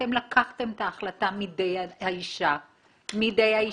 אתם לקחתם את ההחלטה מידי האישה ההרה,